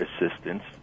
assistance